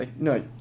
no